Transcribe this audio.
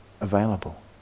available